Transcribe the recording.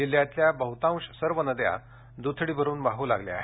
जिल्ह्यातल्या बहुतेक सर्व नद्या दुथडी भरून वाहू लागल्या आहेत